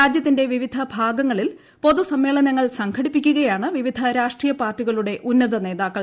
രാജ്യത്തിന്റെ വിവിധ ഭാഗങ്ങളിൽ പൊതുസമ്മേളനങ്ങൾ സംഘടിപ്പിക്കുകയാണ് വിവിധ രാഷ്ട്രീയ പാർട്ടികളുടെ ഉന്നത നേതാക്ക്ൾ